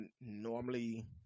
normally